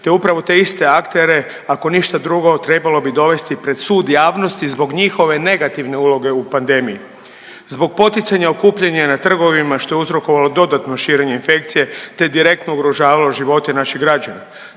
te upravo te iste aktere, ako ništa drugo, trebalo bi dovesti pred sud javnosti zbog njihove negativne uloge u pandemiji. Zbog poticanja okupljanja na trgovima, što je uzrokovalo dodatno širenje infekcije te direktno ugrožavalo živote naših građana,